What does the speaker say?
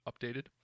updated